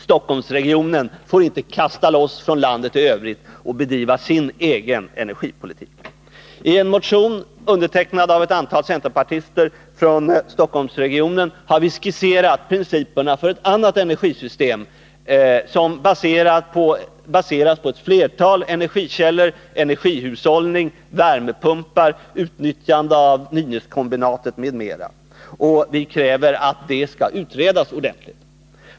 Stockholmsregionen får inte kasta loss från landet i övrigt och bedriva sin egen energipolitik. I en motion undertecknad av ett antal centerpartister från Stockholmsregionen har vi skisserat principerna för ett annat energisystem, baserat på flera energikällor, energihushållning, värmepumpar, utnyttjande av Nynäskombinatet m.m. Vi kräver att det alternativet skall utredas ordentligt.